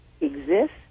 exists